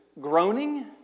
groaning